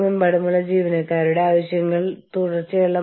നിങ്ങൾ സ്വന്തമായി ഒരു തീരുമാനവും എടുക്കരുത്